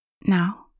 Now